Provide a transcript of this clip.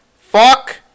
fuck